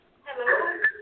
Hello